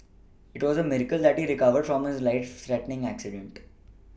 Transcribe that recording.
it was a miracle that he recovered from his life threatening accident